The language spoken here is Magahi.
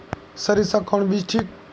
सरीसा कौन बीज ठिक?